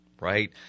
right